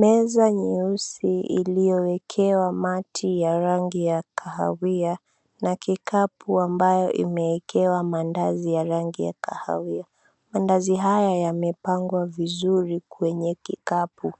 Meza nyeusi iliyowekewa mati ya rangi ya kahawia na kikapu ambayo imeekewa mandazi ya rangi ya kahawia. Mandazi haya yamepangwa vizuri kwenye kikapu,